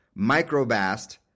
Microbast